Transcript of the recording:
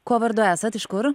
kuo vardu esat iš kur